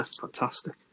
fantastic